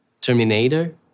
Terminator